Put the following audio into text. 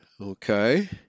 Okay